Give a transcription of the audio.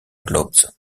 globes